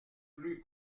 plus